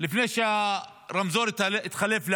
לפני שהרמזור התחלף לאדום.